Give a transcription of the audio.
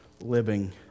living